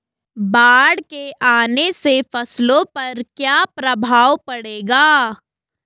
बाढ़ के आने से फसलों पर क्या प्रभाव पड़ेगा?